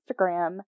Instagram